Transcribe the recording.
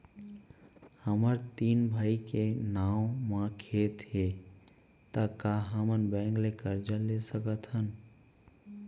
हमर तीन भाई के नाव म खेत हे त का हमन बैंक ले करजा ले सकथन?